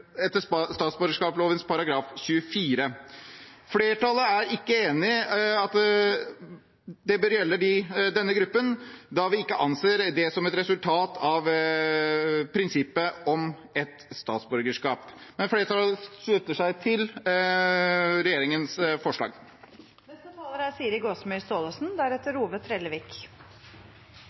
etter statsborgerloven § 24. Flertallet er ikke enig i at det bør gjelde denne gruppen, da vi ikke anser det som et resultat av prinsippet om ett statsborgerskap. Flertallet slutter seg til regjeringens